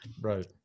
Right